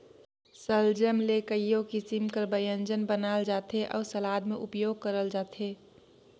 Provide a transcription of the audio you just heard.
सलजम ले कइयो किसिम कर ब्यंजन बनाल जाथे अउ सलाद में उपियोग करल जाथे